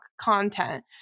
content